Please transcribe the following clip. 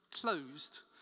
closed